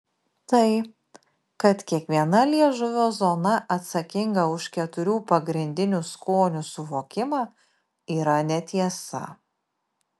tai kad kiekviena liežuvio zona atsakinga už keturių pagrindinių skonių suvokimą yra netiesa